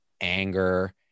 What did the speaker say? anger